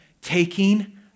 taking